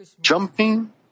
jumping